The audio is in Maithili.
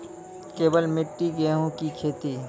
केवल मिट्टी गेहूँ की खेती?